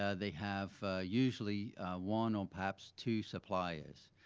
ah they have usually one or perhaps two suppliers.